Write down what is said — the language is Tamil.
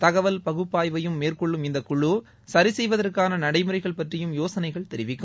தகவல் பகுப்பாய்வையும் மேற்கொள்ளும் இந்தக்குழு சுரிசெய்வதற்கான நடைமுறைகள் பற்றியும் யோசனைகள் தெரிவிக்கும்